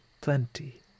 plenty